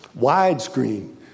Widescreen